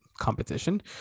competition